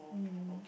mm